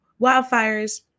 wildfires